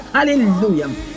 Hallelujah